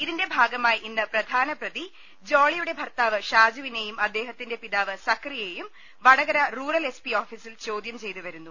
ഇതിന്റെ ഭാഗമായി ഇന്ന് പ്രധാന പ്രതി ജോളിയുടെ ഭർത്താവ് ഷാജുവിനെയും അദ്ദേഹത്തിന്റെ പിതാവ് സക്കറിയയെയും വടകര റൂറൽ എസ് പി ഓഫീസിൽ ചോദ്യം ചെയ്തു വരുന്നു